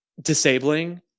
disabling